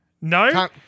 no